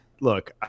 Look